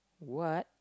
what